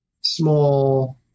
small